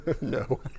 No